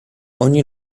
ogni